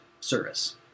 service